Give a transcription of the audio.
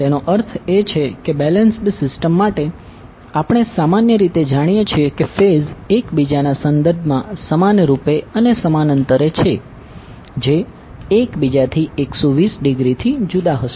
તેનો અર્થ એ છે કે બેલેન્સ્ડ સિસ્ટમ માટે આપણે સામાન્ય રીતે જાણીએ છીએ કે ફેઝ એકબીજાના સંદર્ભમાં સમાનરૂપે અને સમાન અંતરે છે જે એકબીજાથી 120 ડિગ્રી થી જુદા હશે